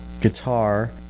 guitar